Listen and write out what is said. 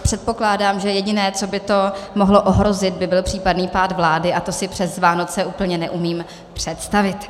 Předpokládám, že jediné, co by to mohlo ohrozit, by byl případný pád vlády, a to si přes Vánoce úplně neumím představit.